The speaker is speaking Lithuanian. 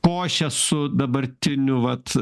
košę su dabartiniu vat